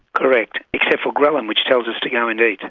correct. except for ghrelin, which tells us to go and eat.